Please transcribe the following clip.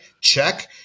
Check